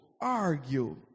argue